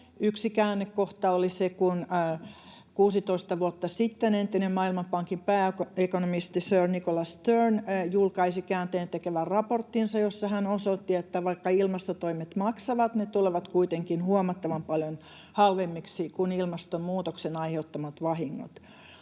Yksi käännekohta oli se, kun 16 vuotta sitten entinen Maailmanpankin pääekonomisti Sir Nicholas Stern julkaisi käänteentekevän raporttinsa, jossa hän osoitti, että vaikka ilmastotoimet maksavat, ne tulevat kuitenkin huomattavan paljon halvemmiksi kuin ilmastonmuutoksen aiheuttamat vahingot.